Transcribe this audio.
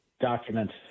documents